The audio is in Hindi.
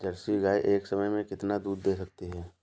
जर्सी गाय एक समय में कितना दूध दे सकती है?